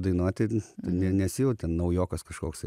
dainuoti tu ne nesijauti naujokas kažkoksai